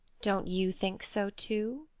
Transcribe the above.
don't you think so, too?